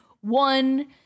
One